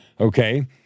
okay